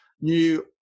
new